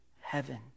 heaven